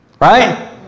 Right